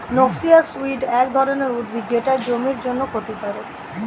noxious weed এক ধরনের উদ্ভিদ যেটা জমির জন্যে ক্ষতিকারক